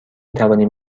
توانیم